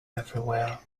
everywhere